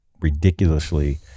ridiculously